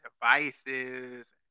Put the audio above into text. devices